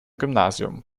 gymnasium